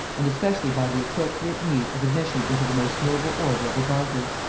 and especially by the appropriate meed of admission into the most noble order of the garter.